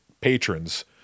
patrons